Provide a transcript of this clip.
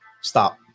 stop